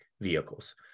vehicles